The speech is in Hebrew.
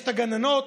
יש גננות,